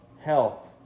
health